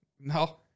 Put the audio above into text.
No